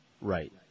Right